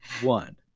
one